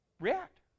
react